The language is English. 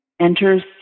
enters